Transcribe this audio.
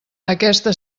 aquesta